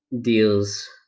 deals